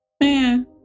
man